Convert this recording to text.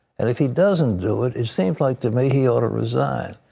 and if he doesn't do it, it seems like to me he ought to resign.